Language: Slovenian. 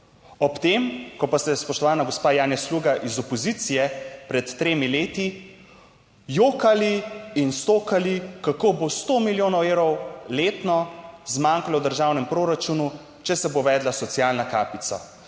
Ob tem, ko pa ste, spoštovana gospa Janja Sluga, iz opozicije pred tremi leti jokali in stokali kako bo 100 milijonov evrov letno zmanjkalo v državnem proračunu, če se bo uvedla socialna kapica,